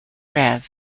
rev